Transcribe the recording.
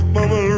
Mama